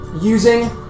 using